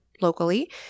locally